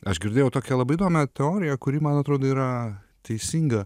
aš girdėjau tokią labai įdomią teoriją kuri man atrodo yra teisinga